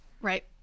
Right